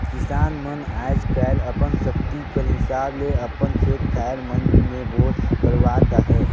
किसान मन आएज काएल अपन सकती कर हिसाब ले अपन खेत खाएर मन मे बोर करवात अहे